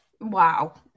wow